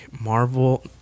Marvel